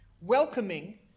Welcoming